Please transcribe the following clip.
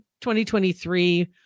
2023